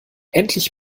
endlich